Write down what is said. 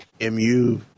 MU